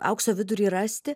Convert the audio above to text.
aukso vidurį rasti